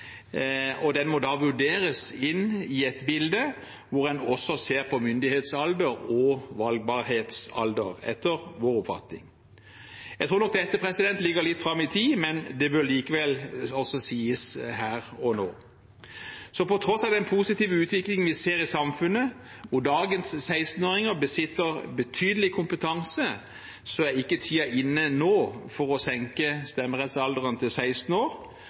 og den må etter vår oppfatning vurderes i et bilde der en også ser på myndighetsalder og valgbarhetsalder. Jeg tror nok dette ligger litt fram i tid, men det bør likevel sies her og nå. På tross av den positive utviklingen vi ser i samfunnet, hvor dagens 16-åringer besitter betydelig kompetanse, er ikke tiden inne nå for å senke stemmerettsalderen til 16 år.